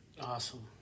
Awesome